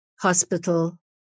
hospital